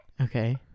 Okay